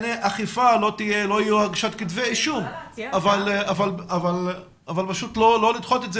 לא תהיה הגשת כתבי אישום בנושא האכיפה אבל לא לדחות את זה